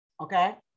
Okay